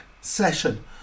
session